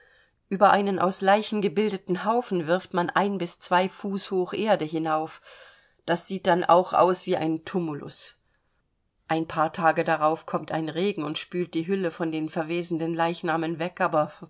über einen aus leichen gebildeten haufen wirft man ein bis zwei fuß hoch erde hinauf das sieht dann auch aus wie ein tumulus ein paar tage darauf kommt ein regen und spült die hülle von den verwesenden leichnamen weg aber